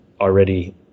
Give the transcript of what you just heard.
already